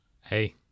hey